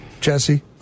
Jesse